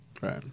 right